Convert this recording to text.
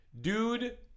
Dude